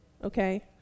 okay